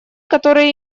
которые